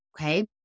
okay